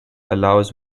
allows